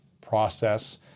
process